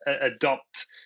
adopt